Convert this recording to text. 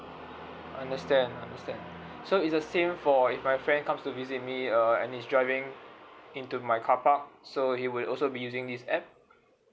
understand understand so is the same for if my friend comes to visit me err and he's driving into my carpark so he will also be using this app